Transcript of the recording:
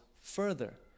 further